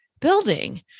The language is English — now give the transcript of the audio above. building